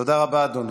תודה רבה, אדוני.